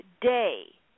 day